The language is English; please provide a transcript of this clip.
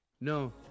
No